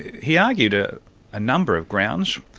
he argued a ah number of grounds.